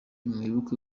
mwibuke